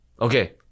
okay